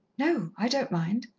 no, i don't mind.